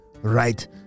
Right